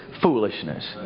foolishness